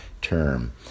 term